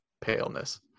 paleness